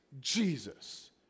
Jesus